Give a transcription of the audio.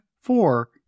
four